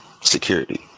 security